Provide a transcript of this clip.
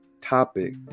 topic